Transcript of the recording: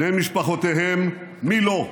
בני משפחותיהם, מי לא.